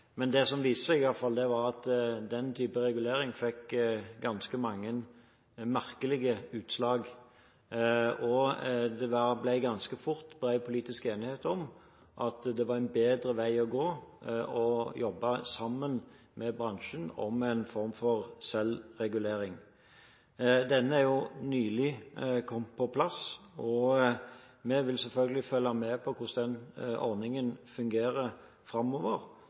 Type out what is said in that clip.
men det viste seg iallfall at den type regulering fikk ganske mange merkelige utslag, og det ble ganske fort bred politisk enighet om at det var en bedre vei å gå å jobbe sammen med bransjen om en form for selvregulering. Denne er nylig kommet på plass, og vi vil selvfølgelig følge med på hvordan den ordningen fungerer framover